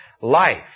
life